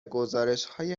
گزارشهای